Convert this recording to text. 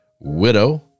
widow